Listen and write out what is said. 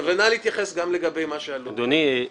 אדוני,